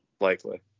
Likely